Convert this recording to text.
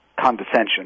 condescension